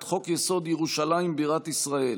את חוק-יסוד: ירושלים בירת ישראל,